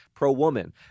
pro-woman